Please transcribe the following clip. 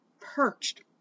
perched